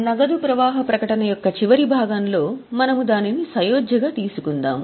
నగదు ప్రవాహ ప్రకటన యొక్క చివరి భాగంలో మనము దానిని సయోధ్యగా తీసుకుందాము